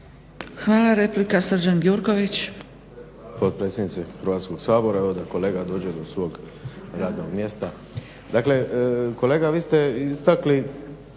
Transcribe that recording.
Hvala. Replika Srđan Gjurković.